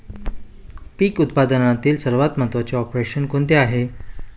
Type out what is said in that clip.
पीक उत्पादनातील सर्वात महत्त्वाचे ऑपरेशन कोणते आहे?